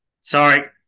Sorry